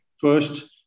first